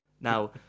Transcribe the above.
Now